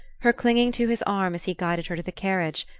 her clinging to his arm as he guided her to the carriage,